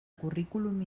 currículum